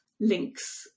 links